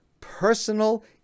personal